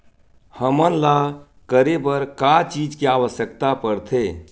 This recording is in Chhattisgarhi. हमन ला करे बर का चीज के आवश्कता परथे?